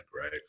right